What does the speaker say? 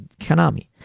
konami